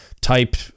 type